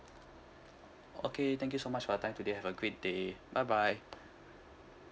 okay thank you so much for your time today have a great day bye bye